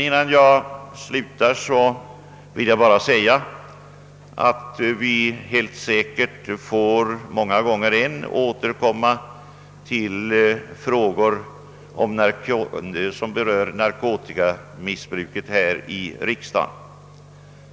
Innan jag slutar vill jag endast säga att riksdagen säkerligen många gånger ännu får återkomma till frågor rörande narkotikamissbruk.